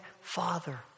father